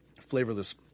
Flavorless